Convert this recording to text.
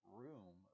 room